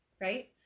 Right